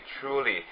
truly